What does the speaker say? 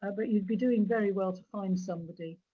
ah but, you'd be doing very well to find somebody